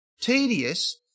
tedious